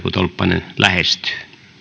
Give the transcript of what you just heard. tolppanen lähestyy arvoisa